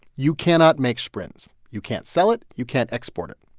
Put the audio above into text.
you cannot make sbrinz. you can't sell it, you can't export it.